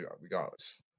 regardless